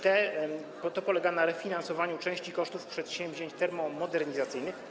To polega na refinansowaniu części kosztów przedsięwzięć termomodernizacyjnych.